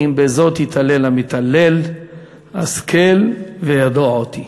כי אם בזאת יתהלל המתהלל הַשְׂכֵּל וידֹע אותי".